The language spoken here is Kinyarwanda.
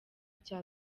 cya